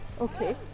Okay